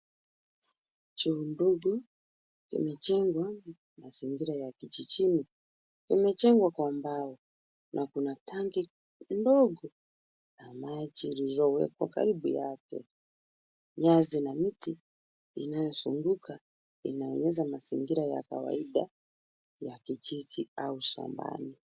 Choo ndogo imejengwa mazingira ya kijijini. Imejengwa kwa mbao na kuna tanki ndogo la maji lililowekwa karibu yake. Nyasi na miti inayozunguka inaonyesha mazingira ya kawaida ya kijiji au shambani.